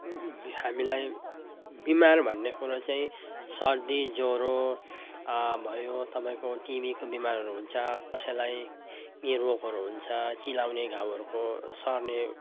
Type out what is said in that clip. हामीलाई बिमार भन्ने कुरो चाहिँ सर्दी ज्वरो भयो तपाईँको टिभीको बिमारहरू हुन्छ कसैलाई यो रोगहरू हुन्छ चिलाउने घाउहरूको सर्ने